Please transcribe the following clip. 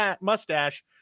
mustache